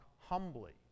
humbly